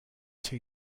two